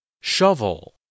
Shovel